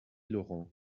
laurent